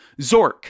Zork